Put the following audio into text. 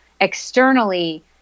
externally